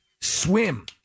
Swim